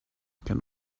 can